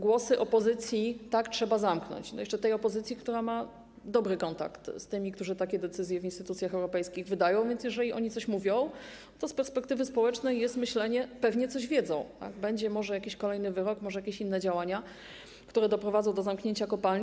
Głosy opozycji: tak, trzeba zamknąć - jeszcze tej opozycji, która ma dobry kontakt z tymi, którzy wydają takie decyzje w instytucjach europejskich, więc jeżeli coś mówi, to z perspektywy społecznej jest myślenie: pewnie coś wiedzą, może będzie jakiś kolejny wyrok, może jakieś inne działania, które doprowadzą do zamknięcia kopalni.